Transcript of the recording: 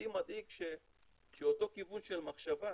אותי מדאיג שאותו כיוון של מחשבה